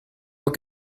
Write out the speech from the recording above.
vous